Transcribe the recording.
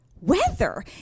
weather